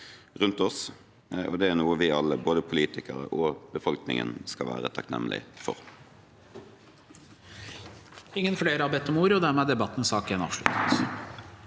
rundt oss. Det er noe vi alle, både politikere og befolkningen, skal være takknemlige for.